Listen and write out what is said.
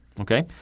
Okay